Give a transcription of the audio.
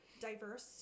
diverse